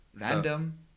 Random